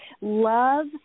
Love